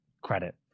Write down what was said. credit